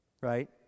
Right